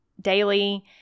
daily